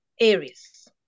Aries